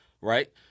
Right